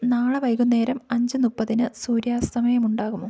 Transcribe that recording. നാളെ വൈകുന്നേരം അഞ്ച് മുപ്പതിന് സൂര്യാസ്തമയം ഉണ്ടാകുമോ